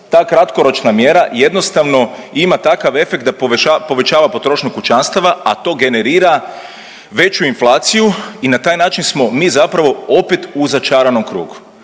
ta kratkoročna mjera jednostavno ima takav efekt da povećava potrošnju kućanstava, a to generira veću inflaciju i na taj način smo mi zapravo opet u začaranom krugu.